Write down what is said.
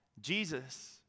Jesus